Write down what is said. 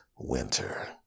winter